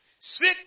sit